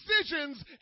decisions